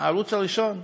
הערוץ הראשון,